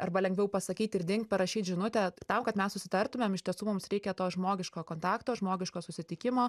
arba lengviau pasakyti ir dinkt parašyt žinutę tam kad mes susitartumėm iš tiesų mums reikia to žmogiško kontakto žmogiško susitikimo